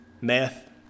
Meth